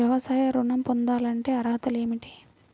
వ్యవసాయ ఋణం పొందాలంటే అర్హతలు ఏమిటి?